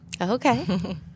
Okay